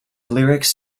lyrics